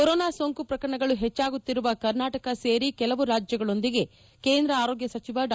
corona ಸೋಂಕು ಪ್ರಕರಣಗಳು ಹೆಚ್ಚಾಗುತ್ತಿರುವ ಕರ್ನಾಟಕ ಸೇರಿ ಕೆಲವು ರಾಜ್ಯಗಳೊಂದಿಗೆ ಕೇಂದ್ರ ಆರೋಗ್ಯ ಸಚಿವ ಡಾ